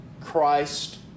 Christ